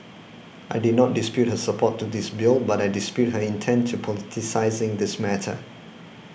I did not dispute her support to this bill but I dispute her intent in politicising this matter